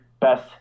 best